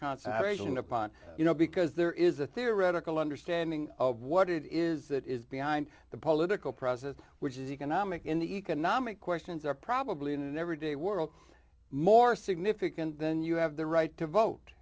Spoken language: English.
concentration upon you know because there is a theoretical understanding of what it is that is behind the political process which is economic in the economic questions are probably in every day world more significant than you have the right to vote